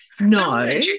No